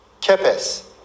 Kepes